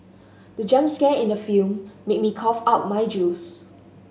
the jump scare in the film made me cough out my juice